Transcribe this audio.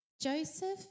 Joseph